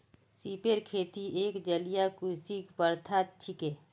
सिपेर खेती एक जलीय कृषि प्रथा छिके